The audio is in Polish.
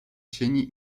sieni